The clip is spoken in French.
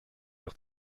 leur